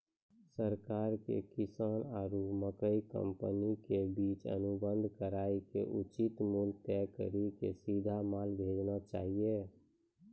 सरकार के किसान आरु मकई कंपनी के बीच अनुबंध कराय के उचित मूल्य तय कड़ी के सीधा माल भेजना चाहिए?